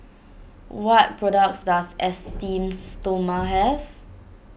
what products does Esteem Stoma have